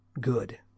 good